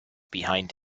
behind